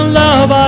love